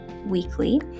weekly